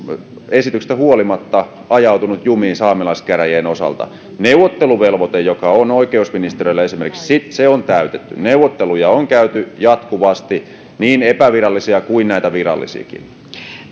esityksestä huolimatta ajautunut jumiin saamelaiskäräjien osalta esimerkiksi neuvotteluvelvoite joka on oikeusministeriöllä on täytetty neuvotteluja on käyty jatkuvasti niin epävirallisia kuin virallisiakin